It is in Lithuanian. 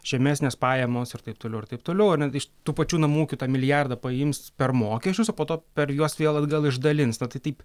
žemesnės pajamos ir taip toliau ir taip toliau ar ne iš tų pačių namų kitą milijardą paims per mokesčius o po to per juos vėl atgal išdalins na tai taip